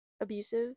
abusive